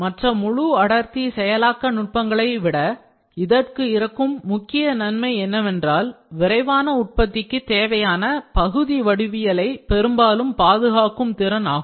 மற்ற முழு அடர்த்தி செயலாக்க நுட்பங்களை விட இதற்கு இருக்கும் ஒரு முக்கிய நன்மை என்னவென்றால் விரைவான உற்பத்திக்கு தேவையான பகுதி வடிவவியலை பெரும்பாலும் பாதுகாக்கும் திறன் ஆகும்